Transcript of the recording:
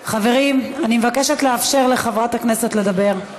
חברים, אני מבקשת לאפשר לחברת הכנסת לדבר.